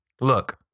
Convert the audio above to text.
Look